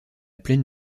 pleine